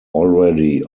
already